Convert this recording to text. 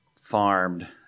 farmed